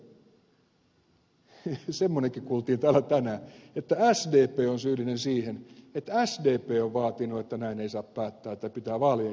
semmoinenkin kuultiin täällä tänään että sdp on syyllinen siihen että sdp on vaatinut että näin ei saa päättää että pitää vaalien jälkeen päättää